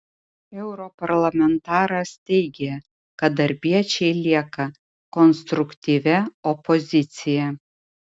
europarlamentaras teigė kad darbiečiai lieka konstruktyvia opozicija